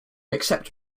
accept